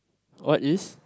what is